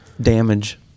damage